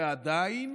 ועדיין